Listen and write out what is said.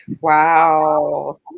Wow